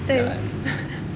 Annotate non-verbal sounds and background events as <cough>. jialat <laughs>